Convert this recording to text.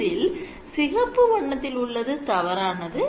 இதில் சிகப்பு வண்ணத்தில் உள்ளது தவறானது